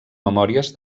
memòries